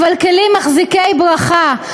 אבל כלים מחזיקי ברכה,